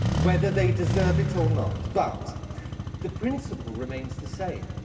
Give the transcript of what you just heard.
whether they deserve it or not. but the principle remains the same.